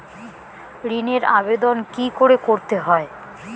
ঋণের আবেদন কি করে করতে হয়?